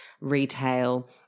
retail